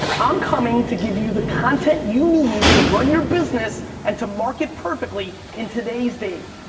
i'm coming to give you the content you need to run your business and to market perfectly in today's day,